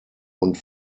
und